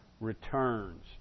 returns